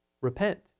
repent